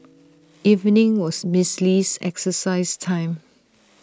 evening was miss Lee's exercise time